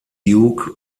duke